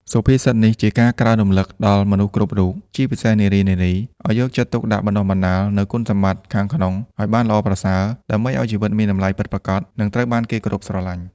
សុភាសិតនេះជាការក្រើនរំលឹកដល់មនុស្សគ្រប់រូប ជាពិសេសនារីៗ ឱ្យយកចិត្តទុកដាក់បណ្តុះបណ្តាលនូវគុណសម្បត្តិខាងក្នុងឱ្យបានល្អប្រសើរ ដើម្បីឱ្យជីវិតមានតម្លៃពិតប្រាកដ និងត្រូវបានគេគោរពស្រលាញ់។